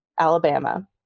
Alabama